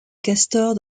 castor